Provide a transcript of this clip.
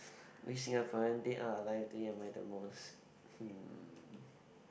which Singaporean dead or alive do you admire the most